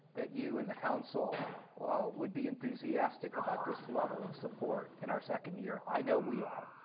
that you and the council would be enthusiastic about this level of support in our second year. i know we are.